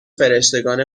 فرشتگان